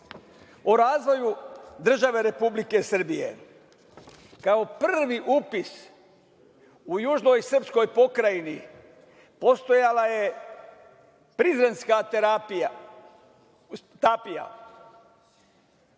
o razvoju države Republike Srbije. Kao prvi upis u južnoj srpskoj pokrajini postojala je „Prizrenska tapija“.